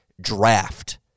DRAFT